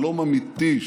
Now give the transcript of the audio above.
שלום אמיתי,